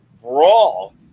brawl